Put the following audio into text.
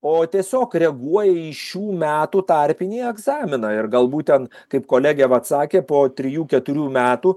o tiesiog reaguoja į šių metų tarpinį egzaminą ir galbūt ten kaip kolegė vat sakė po trijų keturių metų